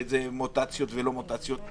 ומוטציות ולא מוטציות.